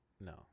No